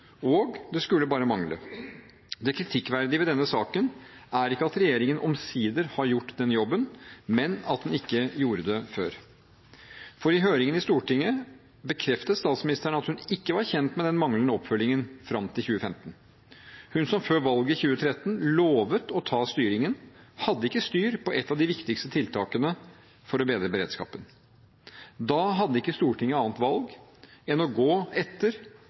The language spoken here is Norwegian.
og det skulle bare mangle. Det kritikkverdige ved denne saken er ikke at regjeringen omsider har gjort den jobben, men at den ikke gjorde det før. For i høringen i Stortinget bekreftet statsministeren at hun ikke var kjent med den manglende oppfølgingen fram til 2015. Hun som før valget 2013 lovet å ta styringen, hadde ikke styr på et av de viktigste tiltakene for å bedre beredskapen. Da hadde ikke Stortinget annet valg enn å gå etter